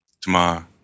tomorrow